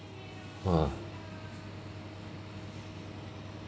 ah